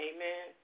Amen